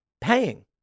paying